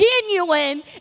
genuine